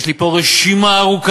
יש לי פה רשימה ארוכה